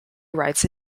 rights